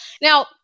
Now